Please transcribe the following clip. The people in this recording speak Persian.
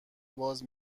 باز